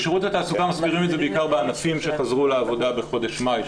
בשירות התעסוקה מסבירים את זה בעיקר בענפים שחזרו לעבודה בחודש מאי,